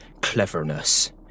cleverness